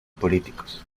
políticos